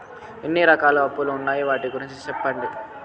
ఎన్ని రకాల అప్పులు ఉన్నాయి? వాటి గురించి సెప్పండి?